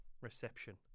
reception